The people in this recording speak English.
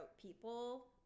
people